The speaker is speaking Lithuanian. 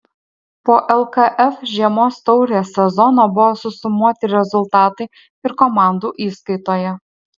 po lkf žiemos taurės sezono buvo susumuoti rezultatai ir komandų įskaitoje